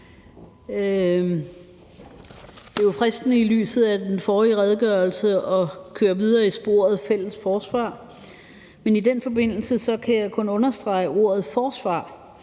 Jette Gottlieb (EL): I lyset af den forrige redegørelse er det jo fristende at køre videre i sporet om fælles forsvar, men i den forbindelse kan jeg kun understrege ordet forsvar,